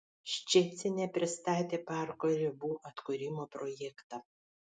ščecine pristatė parko ribų atkūrimo projektą